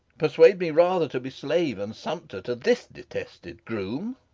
persuade me rather to be slave and sumpter to this detested groom.